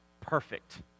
perfect